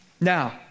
Now